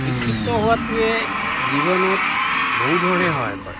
শিক্ষিত হোৱাটোৱে জীৱনত বহুত ধৰণে সহায় কৰে